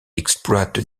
exploite